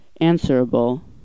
answerable